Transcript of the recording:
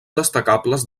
destacables